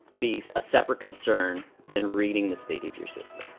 be a separate concern than reading the state of your system.